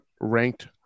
ranked